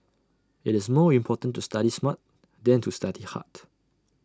IT is more important to study smart than to study hard